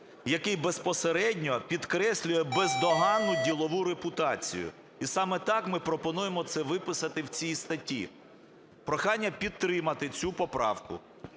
який безпосередньо підкреслює бездоганну ділову репутацію. І саме так ми пропонуємо це виписати в цій статті. Прохання підтримати цю поправку.